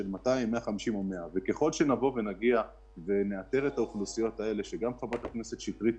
200,000 או 150,000. ככל שנאתר את האוכלוסיות שגם חברת הכנסת שטרית,